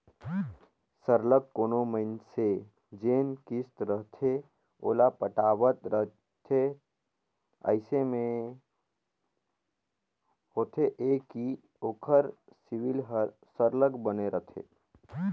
सरलग कोनो मइनसे जेन किस्त रहथे ओला पटावत रहथे अइसे में होथे ए कि ओकर सिविल हर सरलग बने रहथे